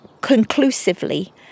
conclusively